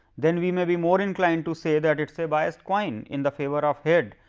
then we may be more and clime to say that it say bias coin in the favour of head,